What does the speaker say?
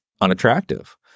unattractive